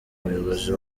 umuyobozi